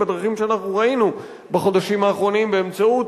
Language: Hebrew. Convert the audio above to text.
בדרכים שאנחנו ראינו בחודשים האחרונים באמצעות